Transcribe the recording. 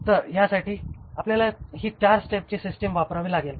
तर ह्यासाठी आपल्याला ही चार स्टेपची सिस्टिम वापरावी लागेल